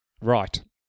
right